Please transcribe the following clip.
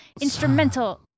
Instrumental